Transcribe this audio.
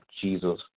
Jesus